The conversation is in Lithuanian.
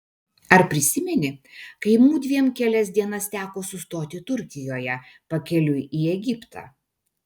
ar prisimeni kai mudviem kelias dienas teko sustoti turkijoje pakeliui į egiptą